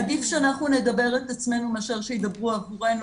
עדיף שאנחנו נדבר את עצמנו מאשר שידברו עבורנו,